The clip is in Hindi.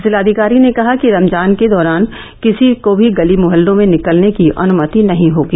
जिलाधिकारी ने कहा कि रमजान के दौरान किसी को भी गली मुहल्लों में निकलने की अनुमति नहीं होगी